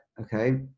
okay